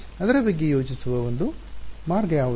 ಅದರ ಬಗ್ಗೆ ಯೋಚಿಸುವ ಒಂದು ಮಾರ್ಗ ಯಾವುದು